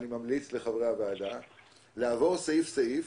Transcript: אני ממליץ לחברי הוועדה לעבור סעיף-סעיף.